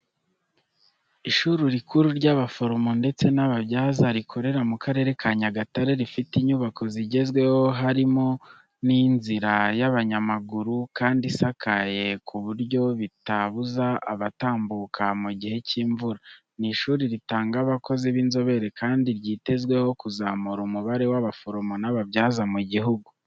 Ishuri rikuru ry'abaforomo ndetse n'ababyaza rikorera mu Karere ka Nyagatare. Rifite inyubako zigezweho harimo n'inzira y'abanyamaguru kandi isakaye ku buryo bitabuza abatambuka mu gihe cy'imvura. Ni ishuri ritanga abakozi b'inzobere kandi ryitezweho kuzamura umubare w'abaforomo n'ababyaza mu gihugu.